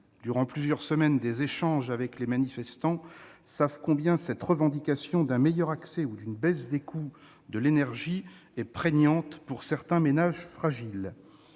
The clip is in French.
durant plusieurs semaines, eu des échanges avec les manifestants savent combien la revendication d'un meilleur accès à l'énergie ou d'une baisse de ses coûts est prégnante pour certains ménages fragiles.